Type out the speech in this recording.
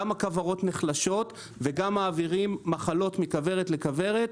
גם הכוורות נחלשות וגם מעבירים מחלות מכוורת לכוורת.